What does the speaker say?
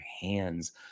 hands